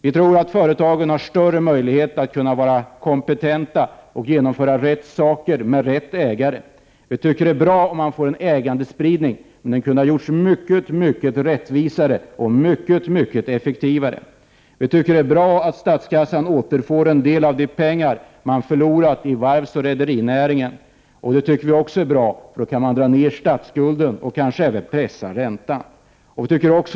Vi tror att privata företag har större möjligheter att genomföra rätt saker med rätta ägare. Vi tycker att det är bra med en ägandespridning, men man kunde ha gjort den mycket rättvisare och mycket effektivare. Vidare tycker vi att det är bra att statskassan återfår en del av de pengar som gått förlorade i varvsoch rederinäringen, för då kan vi dra ner statsskulden och kanske även pressa räntan.